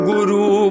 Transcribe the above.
Guru